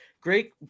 Great